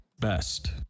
best